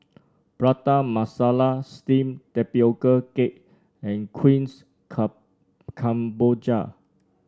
Prata Masala steamed Tapioca Cake and kuihs kemboja